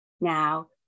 now